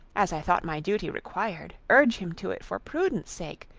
as i thought my duty required, urge him to it for prudence sake,